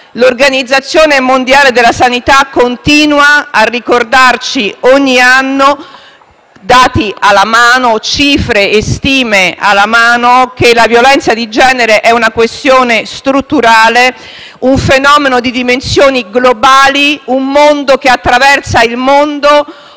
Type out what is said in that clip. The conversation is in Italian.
l'Organizzazione mondiale della sanità continua a ricordarci ogni anno, cifre e stime alla mano, che la violenza di genere è una questione strutturale, un fenomeno di dimensioni globali, un mondo che attraversa il mondo,